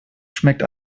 schmeckt